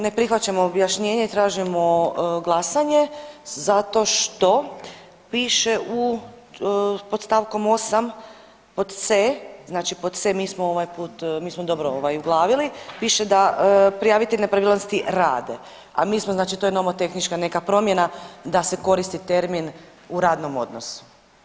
Ne prihvaćamo objašnjenje i tražimo glasanje zato što piše u, pod st. 8. pod c, znači pod c, mi smo ovaj put, mi smo dobro ovaj uglavili, piše da prijavitelji nepravilnosti rade, a mi smo znači to je nomotehnička neka promjena da se koristi termin u radnom odnosu.